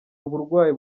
uburwayi